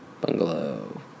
Bungalow